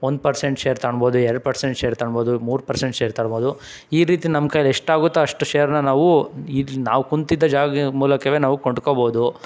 ಒಂದು percent share ತೊಗೊಬೋದು ಎರಡ್ ಪರ್ಸೆಂಟ್ ಶೇರ್ ತೊಗೊಬೋದು ಮೂರು ಪರ್ಸೆಂಟ್ ಶೇರ್ ತರ್ಬೋದು ಈ ರೀತಿ ನಮ್ಮ ಕೈಲಿ ಎಷ್ಟು ಆಗುತ್ತೋ ಅಷ್ಟು ಶೇರನ್ನ ನಾವು ನಾವು ಕೂತಿದ್ದ ಜಾಗ ಮೂಲಕವೇ ನಾವು ಕೊಂಡ್ಕೊಬೋದು